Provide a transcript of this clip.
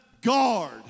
guard